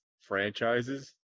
franchises